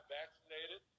vaccinated